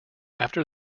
after